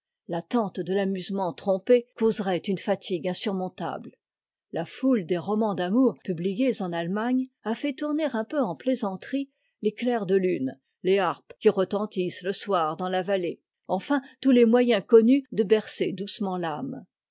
l'attente de l'amusement trompée causerait une fatigue insurmontable la foute des romans d'amour publiés en allemagne a fait tourner un peu en plaisanterie les clairs de lune les harpes qui retentissent le soir dans la vallée enfin tous les moyens connus de bercer doucement l'âme